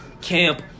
Camp